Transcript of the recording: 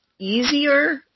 easier